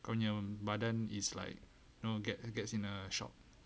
kau punya badan is like you know get gets in a shock